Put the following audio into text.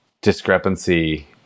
discrepancy